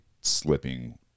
slipping